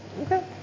Okay